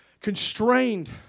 constrained